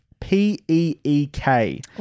P-E-E-K